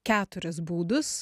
keturis būdus